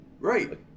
Right